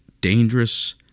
dangerous